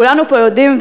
כולנו פה יודעים,